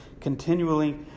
continually